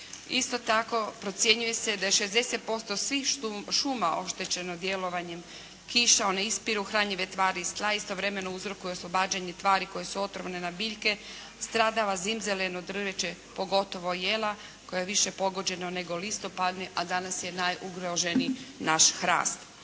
Isto tako, procjenjuje se da je 60% svih šuma oštećeno djelovanjem kiša. One ispiru hranjive tvari iz tla, a istovremeno uzrokuje oslobađanje tvari koje su otrovne na biljke. Stradava zimzeleno drveće pogotovo jela koja je više pogođena nego listopadno, a danas je najugroženiji naš hrast.